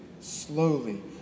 slowly